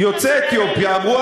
יוצאי אתיופיה אמרו,